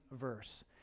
verse